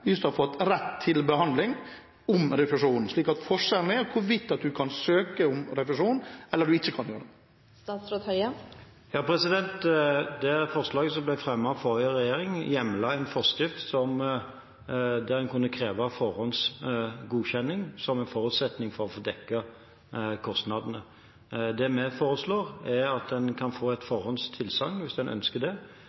man har fått rett til behandling. Så forskjellen er om man kan søke om refusjon eller om man ikke kan gjøre det. Det forslaget som ble fremmet av forrige regjering, hjemlet en forskrift der en kunne kreve forhåndsgodkjenning som en forutsetning for å få dekket kostnadene. Det vi foreslår, er at en kan få